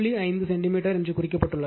5 centimetre என்று குறிக்கப்பட்டுள்ளது